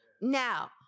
Now